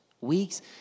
weeks